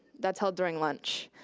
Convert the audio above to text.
that's held during lunch.